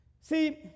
See